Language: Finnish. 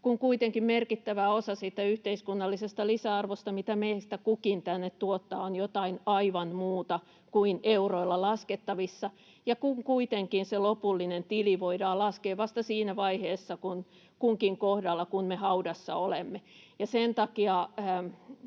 kuitenkin merkittävä osa siitä yhteiskunnallisesta lisäarvosta, mitä meistä kukin tänne tuottaa, on jotain aivan muuta kuin euroilla laskettavissa, ja kun kuitenkin se lopullinen tili voidaan laskea kunkin kohdalla vasta siinä vaiheessa, kun me haudassa olemme, ja sen takia